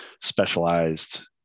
specialized